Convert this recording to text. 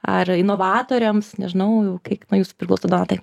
ar inovatoriams nežinau kaip nuo jūsų priklauso donatai